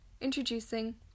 Introducing